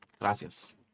Gracias